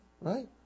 right